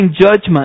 judgment